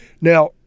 Now